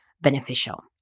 beneficial